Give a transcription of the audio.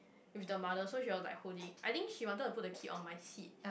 with the mother so she was like holding I think she wanted to put the kid on my seat